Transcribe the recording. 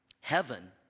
heaven